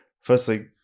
Firstly